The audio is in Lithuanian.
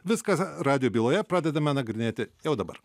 viskas radijo byloje pradedame nagrinėti jau dabar